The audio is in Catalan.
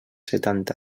setanta